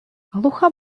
глуха